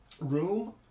room